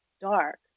dark